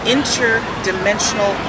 Interdimensional